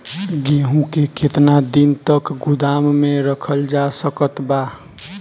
गेहूँ के केतना दिन तक गोदाम मे रखल जा सकत बा?